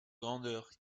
grandeur